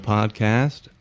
Podcast